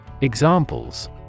Examples